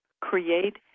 create